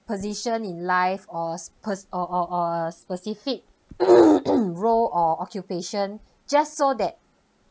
position in life or a spec~ or or or a specific role or occupation just so that